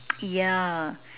yeah